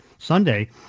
Sunday